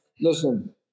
Listen